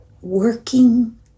working